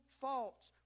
faults